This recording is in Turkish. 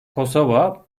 kosova